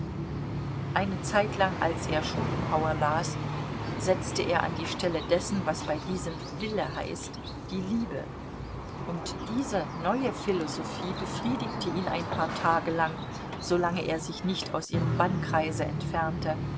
eine zeitlang als er schopenhauer las setzte er an die stelle dessen was bei diesem wille heißt die liebe und diese neue philosophie befriedigte ihn ein paar tage lang solange er sich nicht aus ihrem bannkreise entfernte